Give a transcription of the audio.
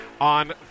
on